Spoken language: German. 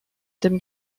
dem